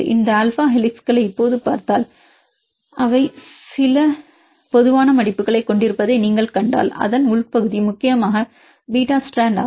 இந்த ஆல்பா ஹெலிக்ஸ்களை இப்போது பார்த்தால் அவை சில பொதுவான மடிப்புகளைக் கொண்டிருப்பதை நீங்கள் கண்டால் அதன் உள் பகுதி முக்கியமாக பீட்டா ஸ்ட்ராண்ட் ஆகும்